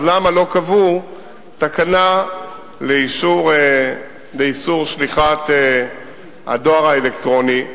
אז למה לא קבעו תקנה לאיסור שליחת דואר אלקטרוני?